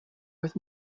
with